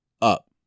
up